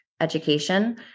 Education